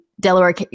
Delaware